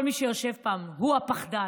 כל מי שיושב כאן הוא הפחדן.